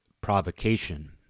provocation